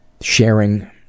sharing